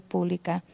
Pública